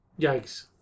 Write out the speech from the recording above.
yikes